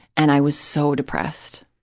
and i was so depressed.